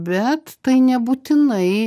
bet tai nebūtinai